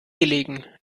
gelegen